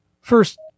first